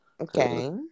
Okay